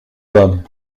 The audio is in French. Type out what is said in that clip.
hommes